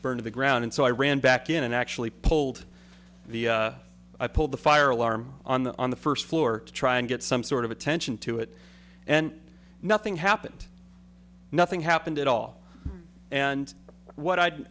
burned to the ground and so i ran back in and actually pulled the i pulled the fire alarm on the first floor to try and get some sort of attention to it and nothing happened nothing happened at all and what i'd